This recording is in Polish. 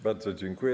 Bardzo dziękuję.